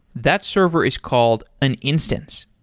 that server is called an instance.